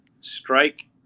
strike